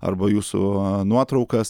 arba jūsų nuotraukas